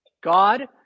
God